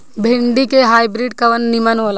भिन्डी के हाइब्रिड कवन नीमन हो ला?